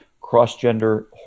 cross-gender